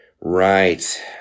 Right